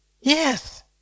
Yes